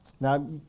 Now